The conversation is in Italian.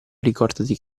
ricordati